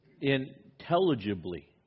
intelligibly